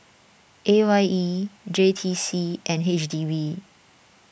A Y E J T C and H D B